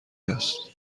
است